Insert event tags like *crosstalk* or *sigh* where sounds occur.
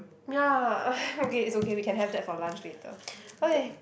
ya *noise* okay it's okay we can have that for lunch later okay